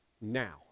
now